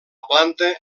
planta